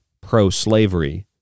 pro-slavery